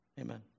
Amen